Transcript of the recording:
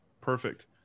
perfect